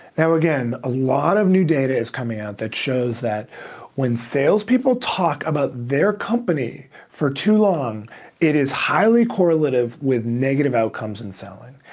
now again, a lot of new data is coming out that shows that when sales people talk about their company for too long it is highly correlative with negative outcomes in selling.